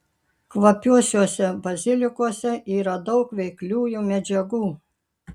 kvapiuosiuose bazilikuose yra daug veikliųjų medžiagų